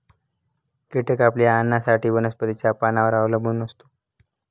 कीटक आपल्या अन्नासाठी वनस्पतींच्या पानांवर अवलंबून असतो